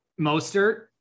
Mostert